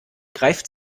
greift